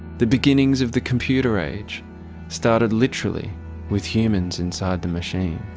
the beginnings of the computer age started literally with humans inside the machine.